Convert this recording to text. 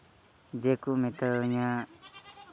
ᱡᱮᱠᱚ ᱢᱮᱛᱟᱹᱧᱟ